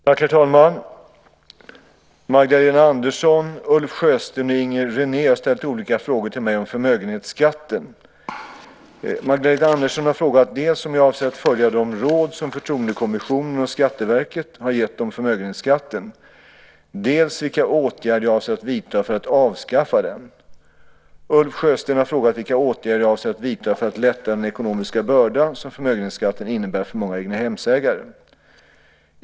Herr talman! Magdalena Andersson, Ulf Sjösten och Inger René har ställt olika frågor till mig om förmögenhetsskatten. Magdalena Andersson har frågat dels om jag avser att följa de råd som Förtroendekommissionen och Skatteverket har gett om förmögenhetsskatten, dels vilka åtgärder jag avser att vidta för att avskaffa den. Ulf Sjösten har frågat vilka åtgärder jag avser att vidta för att lätta den ekonomiska börda som förmögenhetsskatten innebär för många egnahemsägare.